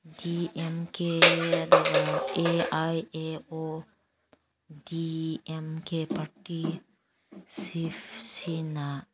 ꯗꯤ M K ꯑꯗꯨꯒ A I A ꯑꯣ D M K party Shiv ꯁꯦꯅꯥ